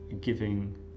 giving